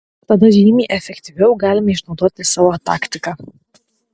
tada žymiai efektyviau galime išnaudoti savo taktiką